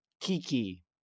kiki